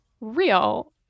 real